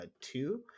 two